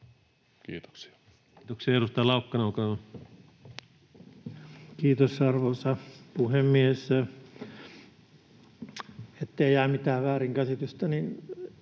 Kiitoksia. Kiitoksia. — Edustaja Laukkanen, olkaa hyvä. Kiitos, arvoisa puhemies! Ettei jää mitään väärinkäsitystä, niin